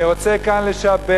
אני רוצה לשבח